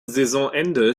saisonende